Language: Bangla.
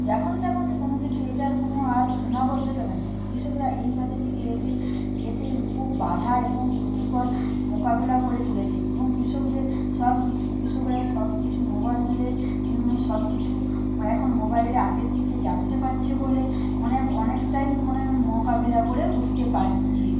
যখন তখন কুনো কিছু এটার কুনো আর সীমাবদ্ধতা নেই কৃষকরা এইভাবে থেকে এদের এতে খুব বাধা এবং ক্ষতিকর মোকাবিলা করে তুলেছে এবং কৃষকদের সব কিছু কৃষকরা সবকিছু মোবাইলে সব কিছু এখন মোবাইলে আগের থেকে জানতে পারছে বলে অনেক অনেকটাই মানে মোকাবিলা করে উঠতে পারছে